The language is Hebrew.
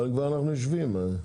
אנחנו כבר יושבים על זה.